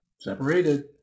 Separated